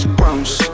bounce